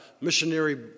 missionary